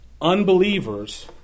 Unbelievers